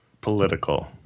political